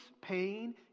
pain